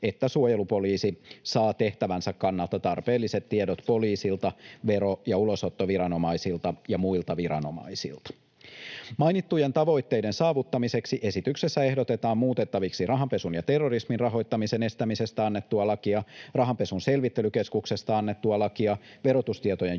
että suojelupoliisi saa tehtävänsä kannalta tarpeelliset tiedot poliisilta, vero- ja ulosottoviranomaisilta ja muilta viranomaisilta. Mainittujen tavoitteiden saavuttamiseksi esityksessä ehdotetaan muutettaviksi rahanpesun ja terrorismin rahoittamisen estämisestä annettua lakia, rahanpesun selvittelykeskuksesta annettua lakia, verotustietojen julkisuudesta